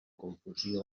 confusió